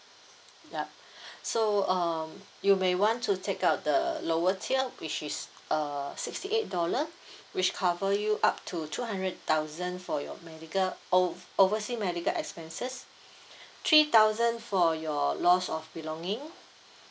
yup so um you may want to take up the the lower tier which is uh sixty eight dollars which cover you up to two hundred thousand for your medical o~ oversea medical expenses three thousand for your loss of belonging